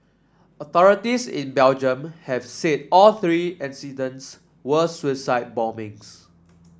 authorities in Belgium have said all three incidents were suicide bombings